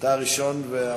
אתה הראשון.